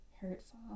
Hurtful